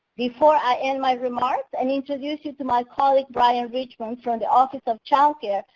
before i end my remarks and introduce you to my colleague brian richmond from the office of child care,